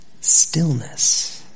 stillness